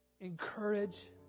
encourage